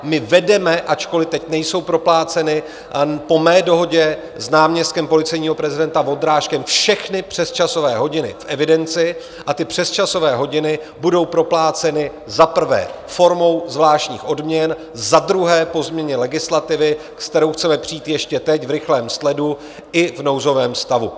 My vedeme ačkoli teď nejsou propláceny po mé dohodě s náměstkem policejního prezidenta Vondráškem všechny přesčasové hodiny v evidenci a ty přesčasové hodiny budou propláceny za prvé formou zvláštních odměn, za druhé po změně legislativy, s kterou chceme přijít ještě teď v rychlém sledu, i v nouzovém stavu.